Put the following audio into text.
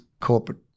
corporate